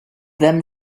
them